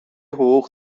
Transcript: حقوق